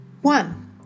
One